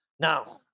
Now